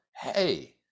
Hey